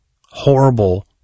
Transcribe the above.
horrible